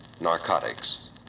narcotics